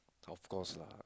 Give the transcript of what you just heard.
of course lah